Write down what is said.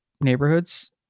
neighborhoods